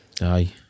Aye